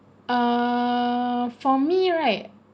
uh for me right